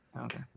okay